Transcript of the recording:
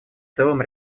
целым